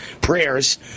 prayers